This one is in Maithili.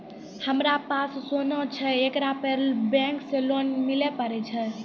हमारा पास सोना छै येकरा पे बैंक से लोन मिले पारे छै?